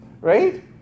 Right